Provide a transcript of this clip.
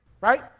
right